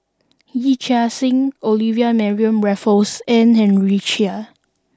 Yee Chia Hsing Olivia Mariamne Raffles and Henry Chia